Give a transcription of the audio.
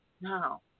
Now